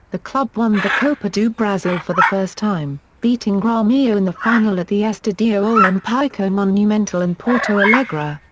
the club won the copa do brasil for the first time, beating gremio in the final at the estadio olimpico monumental in porto alegre.